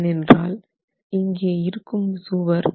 ஏனென்றால் இங்கே இருக்கும் சுவர்